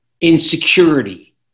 insecurity